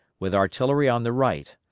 with artillery on the right,